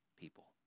people